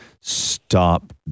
stop